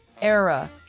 era